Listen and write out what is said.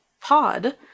pod